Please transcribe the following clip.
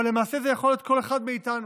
אבל למעשה זה יכול להיות כל אחד מאיתנו.